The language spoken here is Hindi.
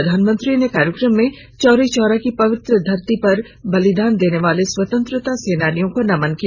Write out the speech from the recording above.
प्रधानमंत्री ने कार्यक्रम में चौरा चोरी की पवित्र धरती पर बलिदान देने वालों स्वतंत्रता सेनानियों को नमन किया